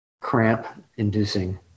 cramp-inducing